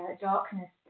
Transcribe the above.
darkness